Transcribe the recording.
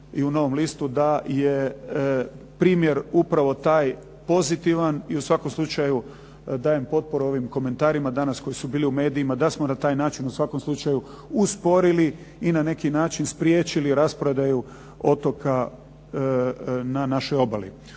i u Novom listu da je primjer upravo taj pozitivan i u svakom slučaju dajem potporu ovim komentarima koji su bili danas u medijima, da smo na taj način u svakom slučaju usporili i na neki način spriječili rasprodaju otoka na našoj obali.